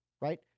right